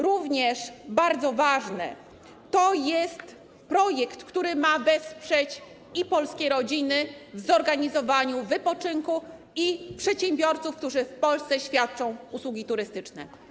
Również bardzo ważne jest, że to jest projekt, który ma wesprzeć i polskie rodziny w zorganizowaniu wypoczynku, i przedsiębiorców, którzy w Polsce świadczą usługi turystyczne.